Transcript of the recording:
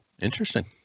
Interesting